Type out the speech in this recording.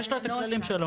יש לו את הכללים שלו.